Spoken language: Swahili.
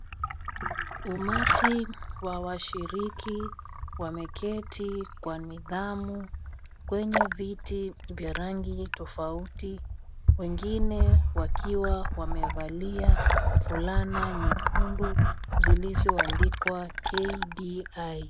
Umati wa washiriki wameketi kwa nidhamu kwenye viti vya rangi tofauti, wengine wakiwa wamevalia fulana nyekundu zizilo andikwa KDI.